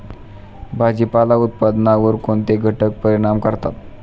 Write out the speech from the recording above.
भाजीपाला उत्पादनावर कोणते घटक परिणाम करतात?